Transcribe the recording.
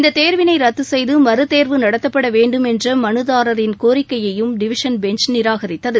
இந்த தேர்வினை ரத்து செய்து மறுதேர்வு நடத்தப்படவேண்டும் என்ற மனுதாரரின் கோரிக்கையையும் டிவிஷன் பெஞ்ச் நிராகரித்தது